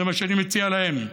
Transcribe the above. זה מה שאני מציע להם.